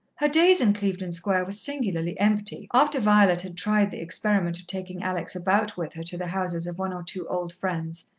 her days in clevedon square were singularly empty, after violet had tried the experiment of taking alex about with her to the houses of one or two old friends,